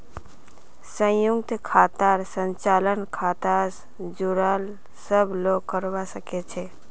संयुक्त खातार संचालन खाता स जुराल सब लोग करवा सके छै